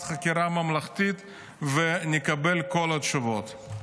חקירה ממלכתית וכולנו נקבל את כל התשובות.